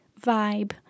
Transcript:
vibe